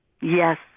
yes